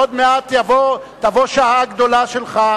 עוד מעט תבוא השעה הגדולה שלך,